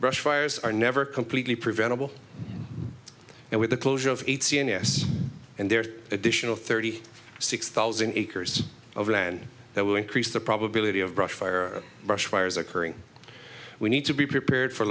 brush fires are never completely preventable and with the closure of cns and their additional thirty six thousand acres of land that will increase the probability of brushfire brush fires occurring we need to be prepared for